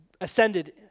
ascended